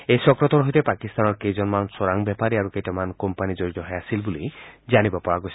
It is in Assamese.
এই চক্ৰটোৰ সৈতে পাকিস্তানৰ কেইজনমান চোৱাং বেপাৰী আৰু কেইটা মান কোম্পানী জড়িত হৈ আছিল বুলি জানিব পৰা গৈছে